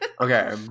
Okay